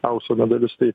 aukso medalius tai